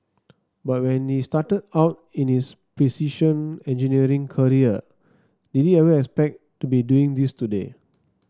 but when he started out in his precision engineering career did he ever expect to be doing this today